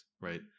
right